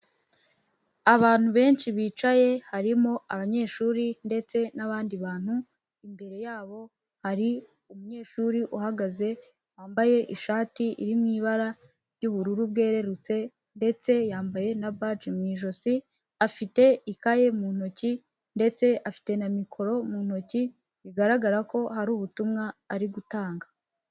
Abantu benshi bicaye harimo abanyeshuri ndetse n'abandi bantu, imbere yabo hari umunyeshuri uhagaze wambaye ishati iri mu ibara ry'ubururu bwererutse, ndetse yambaye na baji mu ijosi afite ikaye mu ntoki, ndetse afite na mikoro mu ntoki, bigaragara ko hari ubutumwa ari gutanga.